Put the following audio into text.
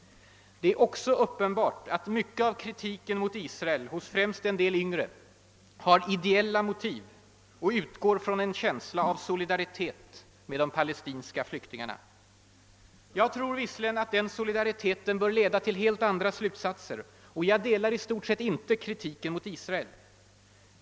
Det är också uppenbart att mycket av kritiken mot Israel från främst vissa yngre har ideella motiv och utgår från en känsla av solidaritet med de palestinska flyktingarna. Jag tror visserligen att den solidariteten bör leda till helt andra slutsatser. Och jag delar i stort sett inte den kritiken mot Israel.